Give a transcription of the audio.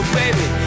baby